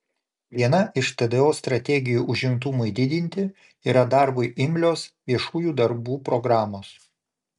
viena iš tdo strategijų užimtumui didinti yra darbui imlios viešųjų darbų programos